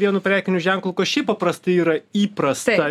vienu prekiniu ženklu kas šiaip paprastai yra įprasta